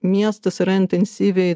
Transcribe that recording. miestas yra intensyviai